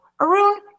Arun